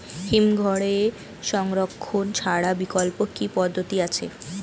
হিমঘরে সংরক্ষণ ছাড়া বিকল্প কি পদ্ধতি আছে?